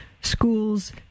schools